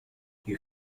you